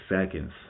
seconds